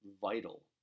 vital